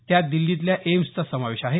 त्यात दिल्लीतल्या एम्स चा समावेश आहे